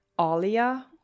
Alia